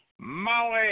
Molly